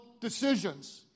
decisions